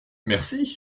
merci